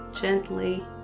gently